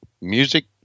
Music